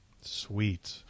Sweet